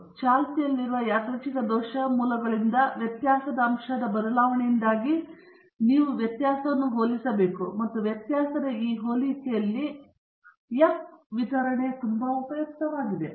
ಆದ್ದರಿಂದ ಚಾಲ್ತಿಯಲ್ಲಿರುವ ಯಾದೃಚ್ಛಿಕ ದೋಷ ಮೂಲಗಳಿಂದಾಗಿ ವ್ಯತ್ಯಾಸದ ಅಂಶದ ಬದಲಾವಣೆಯಿಂದಾಗಿ ನೀವು ವ್ಯತ್ಯಾಸವನ್ನು ಹೋಲಿಸಬೇಕು ಮತ್ತು ವ್ಯತ್ಯಾಸದ ಈ ಹೋಲಿಕೆಯಲ್ಲಿ ಎಫ್ ವಿತರಣೆ ತುಂಬಾ ಉಪಯುಕ್ತವಾಗಿದೆ